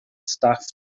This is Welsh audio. staff